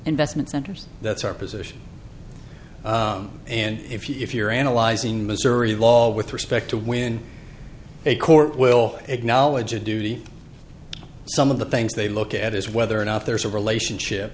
investment centers that's our position and if you're analyzing missouri law with respect to when a court will acknowledge a duty some of the things they look at is whether or not there's a relationship